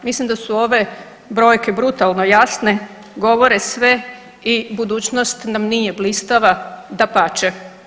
Mislim da su ove brojke brutalno jasne, govore sve i budućnost nam nije blistava, dapače.